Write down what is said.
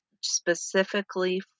specifically